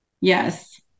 Yes